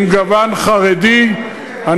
וגם בתוכניות להקים שכונות גדולות עם גוון חרדי.